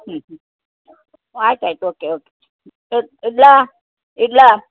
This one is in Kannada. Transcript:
ಹ್ಞೂ ಹ್ಞೂ ಆಯ್ತು ಆಯ್ತು ಓಕೆ ಓಕೆ ಇಡಲಾ ಇಡಲಾ